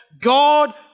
God